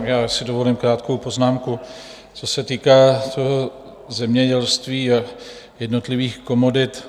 Já si dovolím krátkou poznámku, co se týká zemědělství a jednotlivých komodit.